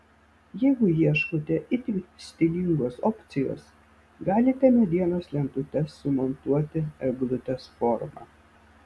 jeigu ieškote itin stilingos opcijos galite medienos lentutes sumontuoti eglutės forma